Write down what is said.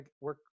work